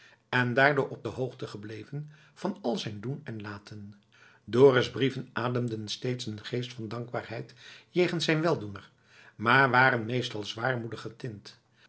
en daardoor op de hoogte gebleven van al zijn doen en laten dorus brieven ademden steeds een geest van dankbaarheid jegens zijn weldoener maar waren meestal zwaarmoedig getint